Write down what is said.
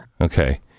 Okay